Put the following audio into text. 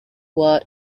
word